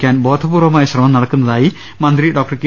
ക്കാൻ ബോധപൂർവ്വമായ ശ്രമം നടക്കുന്നതായി മന്ത്രി ഡോക്ടർ കെ